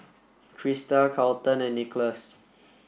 Christa Carlton and Nicholas